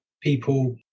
people